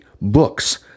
books